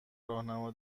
راهنما